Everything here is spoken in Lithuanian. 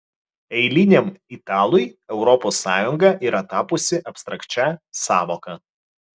eiliniam italui europos sąjunga yra tapusi abstrakčia sąvoka